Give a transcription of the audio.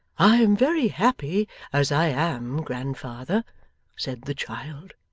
i am very happy as i am, grandfather said the child.